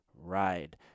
ride